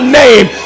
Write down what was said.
name